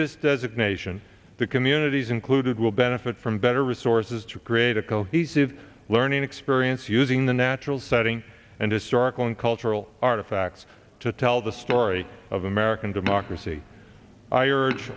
this designation the communities included will benefit from better resources to create a cohesive learning experience using the natural setting and historical and cultural artifacts to tell the story of american democracy i urge